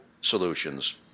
solutions